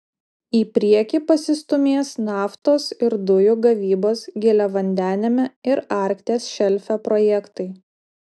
į priekį pasistūmės naftos ir dujų gavybos giliavandeniame ir arkties šelfe projektai